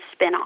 spinoff